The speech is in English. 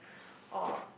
or